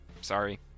Sorry